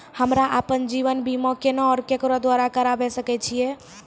हमरा आपन जीवन बीमा केना और केकरो द्वारा करबै सकै छिये?